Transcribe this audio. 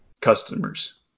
customers